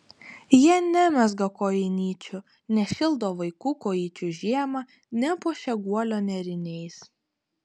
jie nemezga kojinyčių nešildo vaikų kojyčių žiemą nepuošia guolio nėriniais